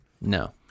No